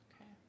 Okay